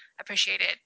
appreciated